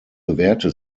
gewährte